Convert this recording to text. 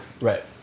right